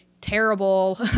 terrible